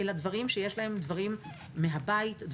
אלא בדברים שהם מתקשים בהם מהבית.